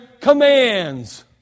commands